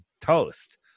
toast